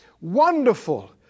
Wonderful